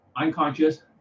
Unconscious